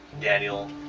Daniel